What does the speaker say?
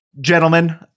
gentlemen